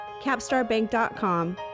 capstarbank.com